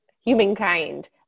humankind